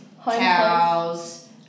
towels